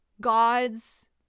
God's